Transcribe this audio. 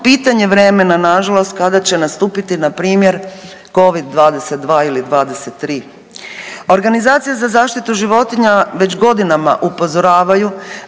pitanje vremena nažalost kada će nastupiti npr. Covid-22 ili 23. Organizacije za zaštitu životinja već godinama upozoravaju